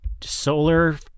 solar